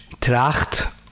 tracht